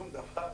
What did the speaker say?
שום דבר.